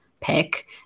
pick